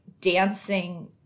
dancing